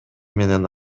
менен